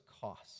cost